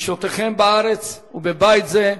בפגישותיכם בארץ ובבית זה,